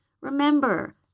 Remember